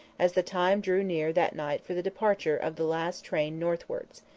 as the time drew near that night for the departure of the last train northwards.